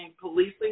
policing